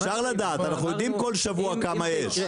אפשר לדעת, אנחנו יודעים בכל שבוע כמה יש.